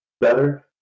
better